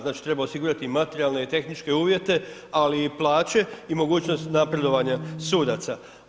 Znači treba osigurati i materijalne i tehničke uvjete, ali i plaće i mogućnost napredovanja sudaca.